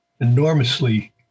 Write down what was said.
enormously